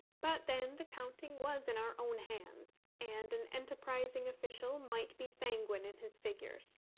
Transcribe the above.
but then the counting was in our own hands, and an enterprising official might be sanguine in his figures.